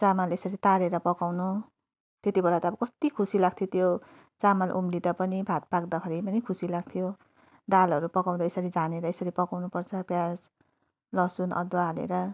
चामल यसरी तारेर पकाउनु त्यति बेला त अब कत्ति खुसी लाग्थ्यो त्यो चामल उम्लिँदा पनि भात पाक्दाखेरि पनि खुसी लाग्थ्यो दालहरू पकाउँदा यसरी झानेर यसरी पकाउनुपर्छ प्याज लसुन अदुवा हालेर